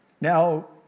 Now